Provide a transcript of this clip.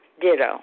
ditto